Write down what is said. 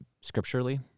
scripturally